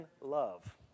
love